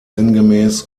sinngemäß